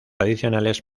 adicionales